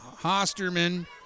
Hosterman